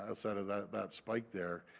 outside of that that spike there,